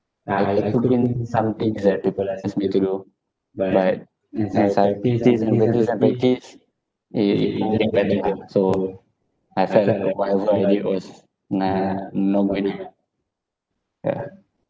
ah I I put in some things that people ask me to do but as I practice and practice and practice it didn't get better so I felt that whatever I did was nah not good enough yeah